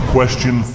Question